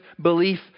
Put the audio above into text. belief